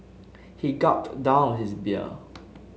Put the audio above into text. he gulped down his beer